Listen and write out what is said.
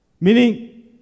meaning